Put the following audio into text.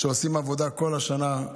שעושה עבודה טובה כל השנה.